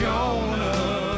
Jonah